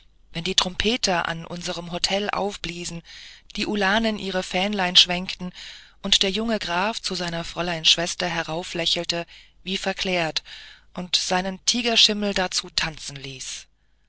wenn die trompeter an unserem hotel aufbliesen die ulanen ihre fähnlein senkten und der junge graf zu seiner fräulein schwester herauflächelte wie verklärt und seinen tigerschimmel dazu tanzen ließ